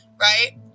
Right